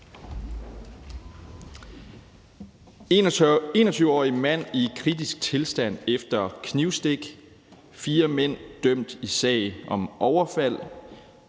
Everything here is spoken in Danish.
»21-årig mand i kritisk tilstand efter knivstik« , »Fire mænd dømt i sag om overfald«,